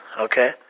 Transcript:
okay